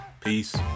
Peace